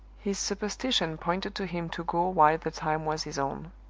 his superstition pointed to him to go while the time was his own.